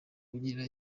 wigirira